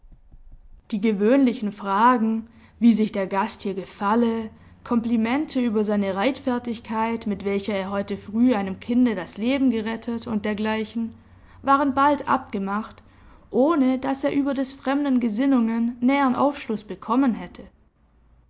die gewöhnlichen fragen wie sich der gast hier gefalle komplimente über seine reitfertigkeit mit welcher er heute früh einem kinde das leben gerettet und dergleichen waren bald abgemacht ohne daß er über des fremden gesinnungen nähern aufschluß bekommen hätte